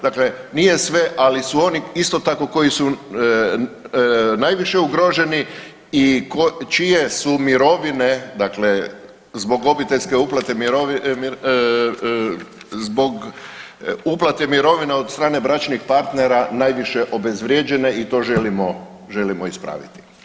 Dakle, nije sve ali su oni isto tako koji su najviše ugroženi i čije su mirovine, dakle zbog obiteljske uplate, zbog uplate mirovine od strane bračnih partnera najviše obezvrijeđene i to želimo ispraviti.